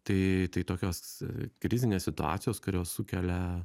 tai tai tokios krizinės situacijos kurios sukelia